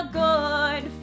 good